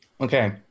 Okay